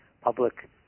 public